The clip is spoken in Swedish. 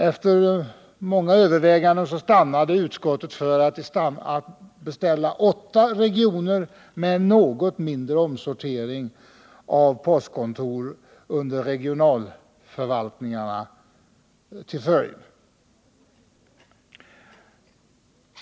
Efter många överväganden stannade utskottet för att beställa åtta regioner, med något mindre omsortering av postkontor under regionalförvaltningarna till följd.